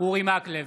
לימור סון הר מלך,